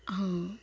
हां